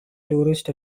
tourist